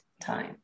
time